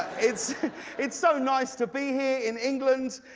it's it's so nice to be here in england.